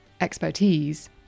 expertise